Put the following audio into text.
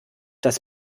das